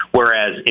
Whereas